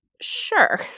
sure